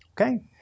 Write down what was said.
Okay